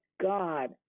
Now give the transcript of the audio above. God